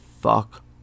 Fuck